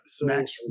Max